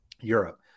Europe